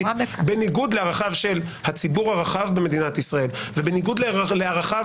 בניגוד לערכיו של הציבור הרחב במדינת ישראל ובניגוד לערכיו